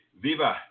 Viva